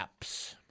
apps